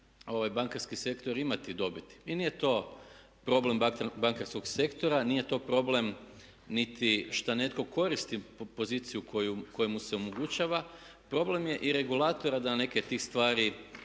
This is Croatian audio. bankarski sektor imati dobiti. I nije to problem bankarskog sektora, nije to problem niti što netko koristi poziciju koju mu se omogućava problem je i regulatora da neke od tih stvari